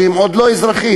שהם עוד לא אזרחים?